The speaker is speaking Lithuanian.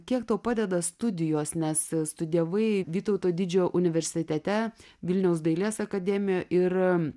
kiek tau padeda studijos nes studijavai vytauto didžiojo universitete vilniaus dailės akademijoj ir